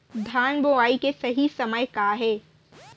धान बोआई के सही समय का हे?